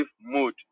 mood